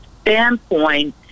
standpoint